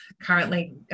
currently